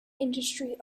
industry